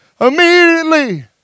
immediately